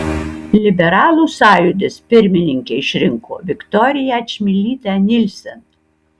liberalų sąjūdis pirmininke išrinko viktoriją čmilytę nielsen